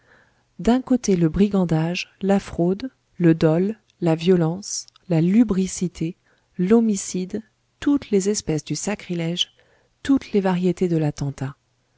d'un côté le brigandage la fraude le dol la violence la lubricité l'homicide toutes les espèces du sacrilège toutes les variétés de l'attentat